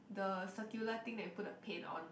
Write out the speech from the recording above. the circular thing that you put the paint on